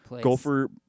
Gopher